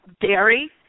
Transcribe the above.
dairy –